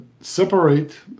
separate